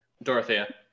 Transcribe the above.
Dorothea